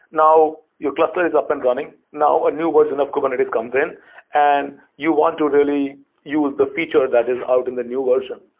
now, your cluster is up and running. now, a new version of kubernetes comes in and you want to really use the feature that is out in the new version.